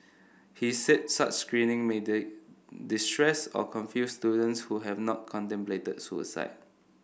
he said such screening may did distress or confuse students who have not contemplated suicide